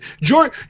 George